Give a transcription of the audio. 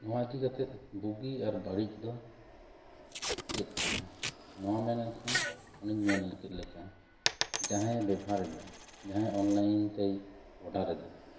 ᱱᱚᱣᱟ ᱤᱫᱤ ᱠᱟᱛᱮ ᱵᱩᱜᱤ ᱟᱨ ᱵᱟᱹᱲᱤᱡ ᱫᱚ ᱪᱮᱫ ᱠᱟᱱᱟ ᱱᱚᱣᱟ ᱢᱮᱱ ᱞᱮᱠᱷᱟᱱ ᱚᱱᱤᱧ ᱢᱮᱱ ᱠᱮᱫ ᱞᱮᱠᱟ ᱡᱟᱦᱟᱭ ᱮ ᱵᱮᱵᱷᱟᱨ ᱮᱫᱟ ᱡᱟᱦᱟᱭ ᱚᱱᱞᱟᱭᱤᱱ ᱛᱮᱭ ᱚᱰᱟᱨ ᱮᱫᱟ